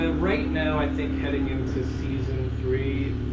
ah right now, i think, heading into season three,